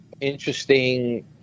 interesting